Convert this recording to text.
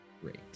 great